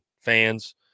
fans